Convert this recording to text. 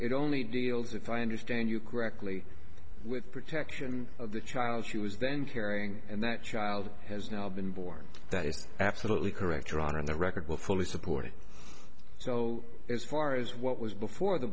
it only deals if i understand you correctly with protection of the child she was then carrying and that child has now been born that is absolutely correct your honor and the record will fully support it so as far as what was before the